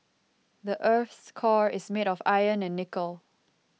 the earth's core is made of iron and nickel